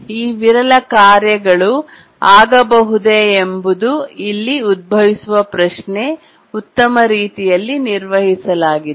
ಈ ವಿರಳ ಕಾರ್ಯಗಳು ಆಗಬಹುದೇ ಎಂಬುದು ಇಲ್ಲಿ ಉದ್ಭವಿಸುವ ಪ್ರಶ್ನೆ ಉತ್ತಮ ರೀತಿಯಲ್ಲಿ ನಿರ್ವಹಿಸಲಾಗಿದೆ